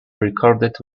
recorded